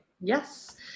Yes